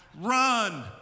run